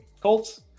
Colts